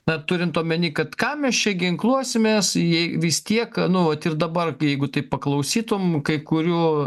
na turint omeny kad kam mes čia ginkluosimės jei vis tiek nu vat ir dabar jeigu taip paklausytum kai kurių